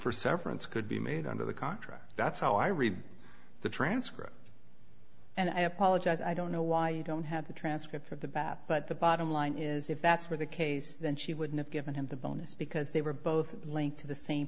for severance could be made under the contract that's how i read the transcript and i apologize i don't know why you don't have the transcript of the bat but the bottom line is if that's were the case then she wouldn't have given him the bonus because they were both linked to the same